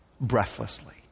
breathlessly